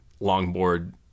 longboard